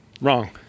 Wrong